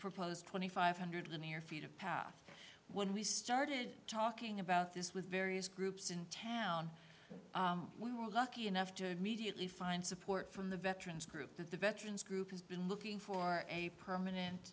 proposed twenty five hundred linear feet of path when we started talking about this with various groups in town we were lucky enough to immediately find support from the veterans group that the veterans group has been looking for a permanent